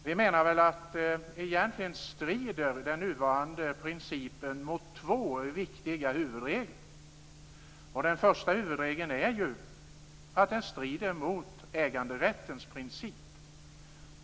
Vi menar att den nuvarande principen strider mot två viktiga huvudregler. Den första huvudregeln den strider mot gäller äganderätten.